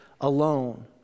alone